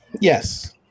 yes